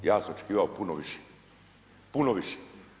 Ja sam očekivao puno više, puno više.